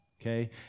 okay